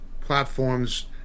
platforms